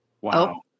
wow